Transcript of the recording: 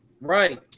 Right